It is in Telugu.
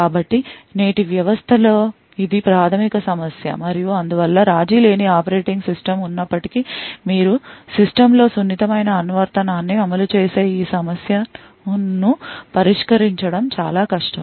కాబట్టి నేటి వ్యవస్థ లో ఇది ప్రాథమిక సమస్య మరియు అందువల్ల రాజీలేని ఆపరేటింగ్ సిస్టమ్ ఉన్నప్పటికీ మీరు సిస్టమ్లో సున్నితమైన అనువర్తనాన్ని అమలు చేసే ఈ సమస్యను పరిష్కరించడం చాలా కష్టం